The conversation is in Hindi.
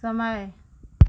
समय